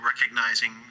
recognizing